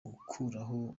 gukuraho